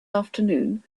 afternoon